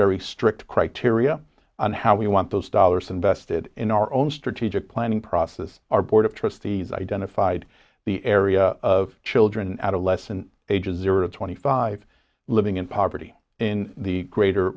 very strict criteria on how we want those dollars invested in our own strategic planning process our board of trustees identified the area of children adolescent ages are twenty five living in poverty in the greater